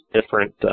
different